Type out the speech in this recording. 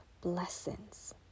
blessings